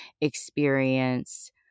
experience